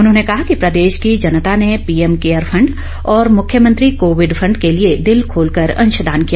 उन्होंने कहा कि प्रदेश की जनता ने पीएम केयर फंड और मुख्यमंत्री कोविड फंड के लिए दिल खोलकर अंशदान किया